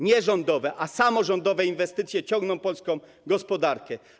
Nie rządowe, tylko samorządowe inwestycje ciągną polską gospodarkę.